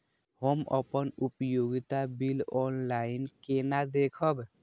हम अपन उपयोगिता बिल ऑनलाइन केना देखब?